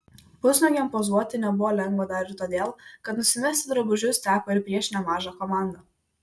pusnuogiam pozuoti nebuvo lengva dar ir todėl kad nusimesti drabužius teko ir prieš nemažą komandą